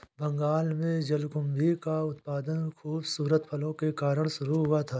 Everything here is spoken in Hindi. बंगाल में जलकुंभी का उत्पादन खूबसूरत फूलों के कारण शुरू हुआ था